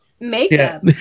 Makeup